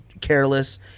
careless